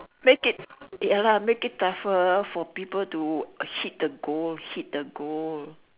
make it ya lah make it tougher for people to hit the goal hit the goal